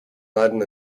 laden